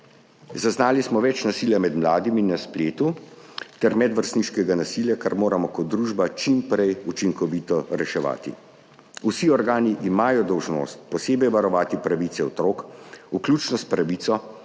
Zaznali smo več nasilja med mladimi na spletu ter medvrstniškega nasilja, kar moramo kot družba čim prej učinkovito reševati. Vsi organi imajo dolžnost posebej varovati pravice otrok, vključno s pravico,